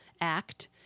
Act